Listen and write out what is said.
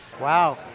Wow